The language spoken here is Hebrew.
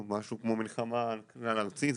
משהו כמו מלחמה כלל ארצית.